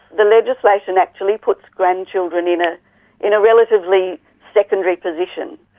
the legislation actually puts grandchildren in ah in a relatively secondary position.